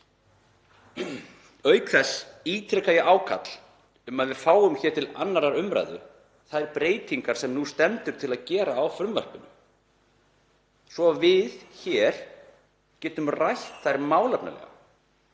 Auk þess ítreka ég ákall um að við fáum hér til 2. umr. þær breytingar sem nú stendur til að gera á frumvarpinu svo að við getum rætt þær málefnalega.